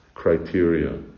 criteria